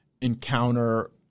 encounter